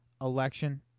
election